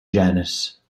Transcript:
janis